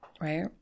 Right